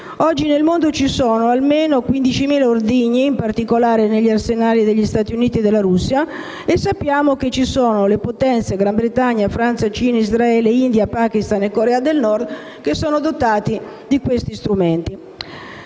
Oggi nel mondo ci sono almeno 15.000 ordigni, in particolare negli arsenali degli Stati Uniti e della Russia, e sappiamo che altre potenze (Gran Bretagna, Francia, Cina, Israele, India, Pakistan e Corea del Nord) sono dotate di tali strumenti